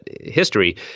history